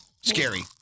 Scary